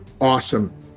awesome